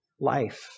life